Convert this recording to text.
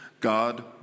God